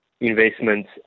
investments